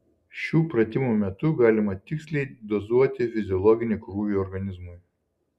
šių pratimų metu galima tiksliai dozuoti fiziologinį krūvį organizmui